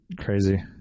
Crazy